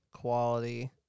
Quality